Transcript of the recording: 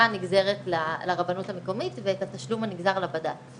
הנגזרת לרבנות המקומית ואת התשלום הנגזר לבד"צ.